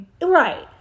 right